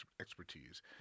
expertise